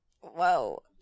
whoa